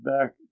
back